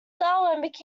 charles